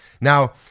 Now